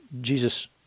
Jesus